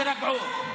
תירגעו.